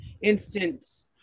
instance